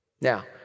Now